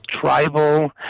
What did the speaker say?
tribal